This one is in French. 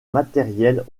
matériels